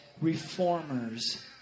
reformers